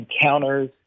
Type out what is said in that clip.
encounters